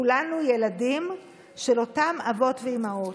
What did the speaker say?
כולנו ילדים של אותם אבות ואימהות.